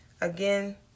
Again